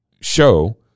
show